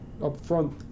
upfront